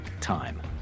time